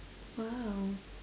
!wow!